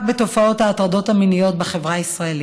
בתופעות ההטרדות המיניות בחברה הישראלית.